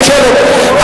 אין שאלות.